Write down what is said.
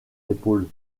épaules